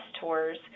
tours